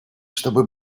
чтобы